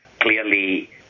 clearly